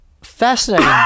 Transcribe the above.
fascinating